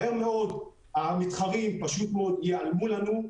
מהר מאוד המתחרים פשוט מאוד ייעלמו לנו,